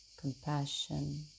Compassion